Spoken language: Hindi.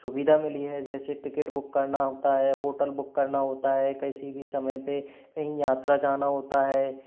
सुविधा मिली है जैसे टिकट बुक करना होता है होटल बुक करना होता है कैसी भी समय पर कहीं यात्रा जाना होता है